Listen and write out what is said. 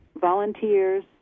volunteers